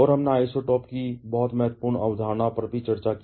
और हमने आइसोटोप की बहुत महत्वपूर्ण अवधारणा पर भी चर्चा की